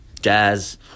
jazz